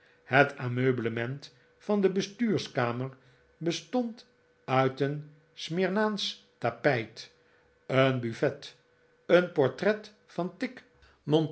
het ameublement van de bestuurskamer bestond uit een smirnaasch tapijt een buffet een portret van tigg